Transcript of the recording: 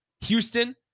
Houston